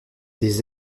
des